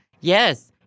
yes